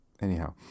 anyhow